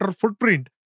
footprint